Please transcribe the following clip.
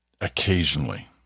occasionally